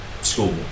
school